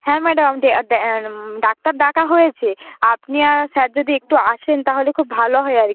হ্যাঁ madam doctor ডাকা হয়েছে আপনি আর স্যার যদি একটু আসেন তাহলে খুব ভালো হয় আর কি